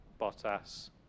Bottas